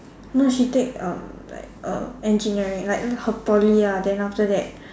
no she take uh like uh engineering like her Poly year ah then after that